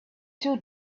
two